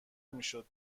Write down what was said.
میشد